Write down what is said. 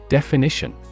Definition